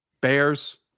bears